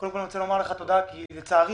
קודם כול אני רוצה לומר לך תודה כי לצערי